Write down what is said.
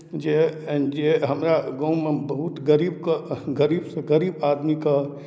जे जे हमरा गाँवमे बहुत गरीबके गरीबसँ गरीब आदमीकेँ